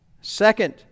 second